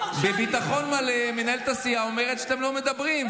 בביטחון מלא מנהלת הסיעה אומרת שאתם לא מדברים,